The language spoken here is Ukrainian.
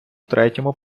третьому